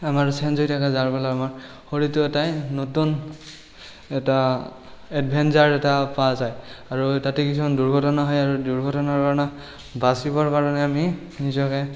আমাৰ চেঞ্জ হৈ থাকে যাৰ ফলত আমাৰ শৰীৰটোৱে এটা নতুন এটা এডভেঞ্চাৰ এটা পোৱা যায় আৰু তাতে কিছুমান দুৰ্ঘটনা হয় দুৰ্ঘটনাৰ কাৰণে বাচিবৰ কাৰণে আমি নিজকে